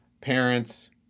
parents